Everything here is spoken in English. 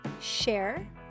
share